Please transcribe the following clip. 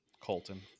Colton